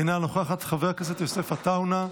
אינה נוכחת, חבר הכנסת יוסף עטאונה,